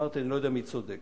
אמרתי שאני לא יודע מי צודק.